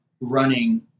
running